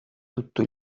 tutto